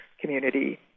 community